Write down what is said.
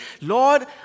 Lord